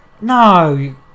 No